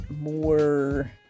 more